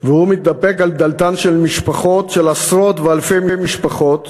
והוא מתדפק על דלתן של עשרות ואלפי משפחות.